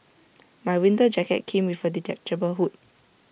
my winter jacket came with A detachable hood